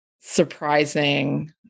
surprising